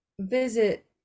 visit